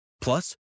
Plus